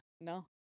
No